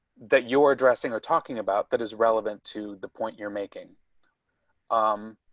that you're addressing or talking about that is relevant to the point you're making um